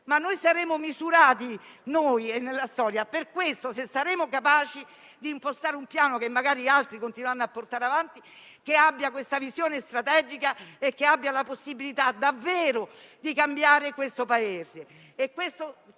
questa legislatura) nella storia per questo, se saremo capaci di impostare un Piano che magari altri continueranno a portare avanti, che abbia questa visione strategica e che abbia la possibilità di cambiare davvero questo Paese.